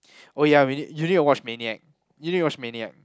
oh ya we need you need to watch Maniac you need to watch Maniac